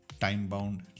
time-bound